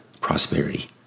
prosperity